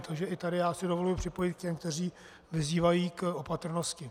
Takže i tady se dovoluji připojit k těm, kteří vyzývají k opatrnosti.